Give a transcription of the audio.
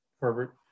Herbert